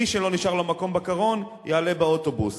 מי שלא נשאר לו מקום בקרון, יעלה על אוטובוס.